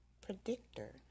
predictor